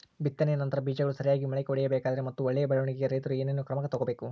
ಬಿತ್ತನೆಯ ನಂತರ ಬೇಜಗಳು ಸರಿಯಾಗಿ ಮೊಳಕೆ ಒಡಿಬೇಕಾದರೆ ಮತ್ತು ಒಳ್ಳೆಯ ಬೆಳವಣಿಗೆಗೆ ರೈತರು ಏನೇನು ಕ್ರಮ ತಗೋಬೇಕು?